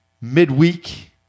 midweek